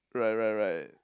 right right right